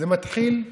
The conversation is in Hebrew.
זה מתחיל,